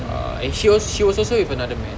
err and she was also with another man